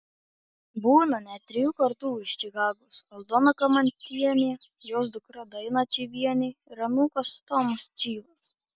būta net trijų kartų iš čikagos aldona kamantienė jos dukra daina čyvienė ir anūkas tomas čyvas